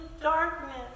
darkness